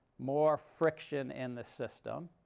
more friction in the system.